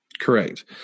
Correct